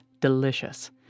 delicious